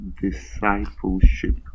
discipleship